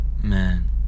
Man